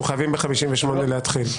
אנחנו חייבים ב-13:58 להתחיל.